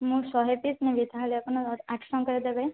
ମୁଁ ଶହେ ପିସ୍ ନେବି ତାହେଲେ ଆପଣ ଆଠ ଟଙ୍କାରେ ଦେବେ